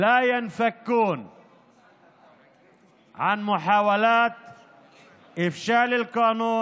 לא מפסיקים לנסות להכשיל את החוק בשימוש